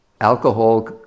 alcohol